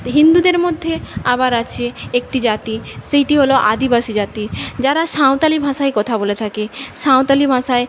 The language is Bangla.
হিন্দুদের মধ্যে আবার আছে একটি জাতি সেইটি হলো আদিবাসী জাতি যারা সাঁওতালি ভাষায় কথা বলে থাকে সাঁওতালি ভাঁষায়